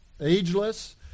ageless